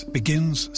begins